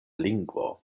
lingvo